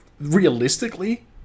realistically